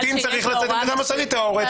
הקטין צריך לצאת עם בדיקה מוסדית או ההורה?